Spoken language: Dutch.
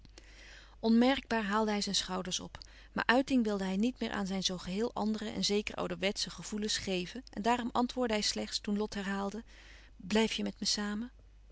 onmerkbaar haalde hij zijn schouders op maar uiting wilde hij niet meer aan zijn zoo geheel andere en zeker ouderwetsche gevoelens geven en daarom antwoordde hij slechts toen lot herhaalde blijf je met me samen